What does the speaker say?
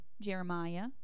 Jeremiah